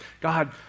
God